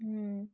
अँ